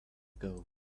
ago